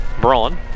Braun